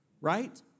right